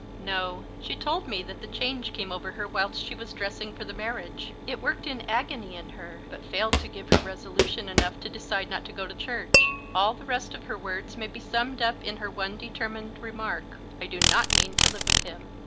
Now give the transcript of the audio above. no. she told me that the change came over her whilst she was dressing for the marriage. it worked in agony in her, but failed to give her resolution enough to decide not to go to church. all the rest of her words may be summed up in her one determined remark, i do not mean to live with him.